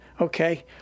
okay